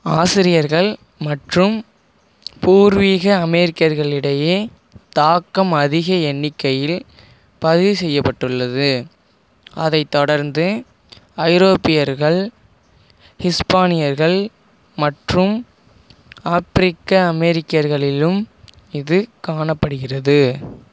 ஆசியர்கள் மற்றும் பூர்வீக அமெரிக்கர்களிடையே தாக்கம் அதிக எண்ணிக்கையில் பதிவு செய்யப்பட்டுள்ளது அதைத் தொடர்ந்து ஐரோப்பியர்கள் ஹிஸ்பானியர்கள் மற்றும் ஆப்பிரிக்க அமெரிக்கர்களிலும் இது காணப்படுகிறது